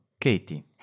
Katie